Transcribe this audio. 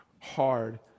hard